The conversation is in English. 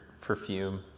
perfume